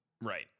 Right